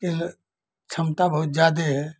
यह क्षमता बहुत ज्यादे है